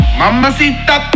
mamacita